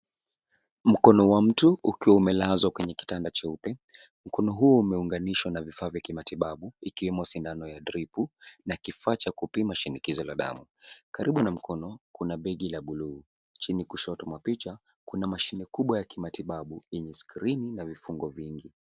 Mkono wa mtu ukiwa umelazwa kwenye kitanda cheupe. Mkono huo umeunganishwa na vifaa vya kimatibabu ikiwemo sindano ya dripu na kifaa cha kupima shinikizo la damu. Karibu na mkono kuna bedi la buluu. Chini kushoto mwa picha kuna mashine kubwa ya kimatibabu yenye skrini na vifungo vingi.